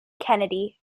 kennedy